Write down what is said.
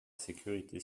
sécurité